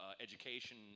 education